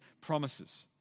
promises